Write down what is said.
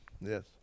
Yes